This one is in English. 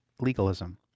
legalism